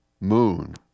Moon